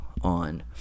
On